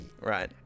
right